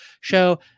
show